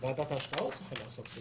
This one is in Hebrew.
ועדת ההשקעות צריכה לעסוק בזה.